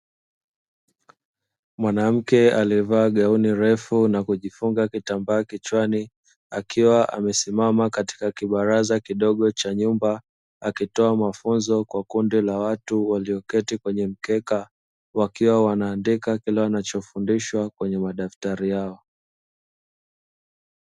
Mwanamke aliyevaa gauni refu na kujifunga kitambaa kichwani, akiwa amesimama katika kibaraza kidogo cha nyumba akitoa mafunzo kwa kundi la watu walioketi kwenye mkeka, wakiwa wanaandika kile wanachofundishwa kwenye madaftari yao.